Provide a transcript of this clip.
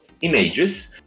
images